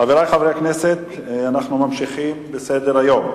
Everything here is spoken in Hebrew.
חברי חברי הכנסת, אנחנו ממשיכים בסדר-היום: